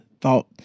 thought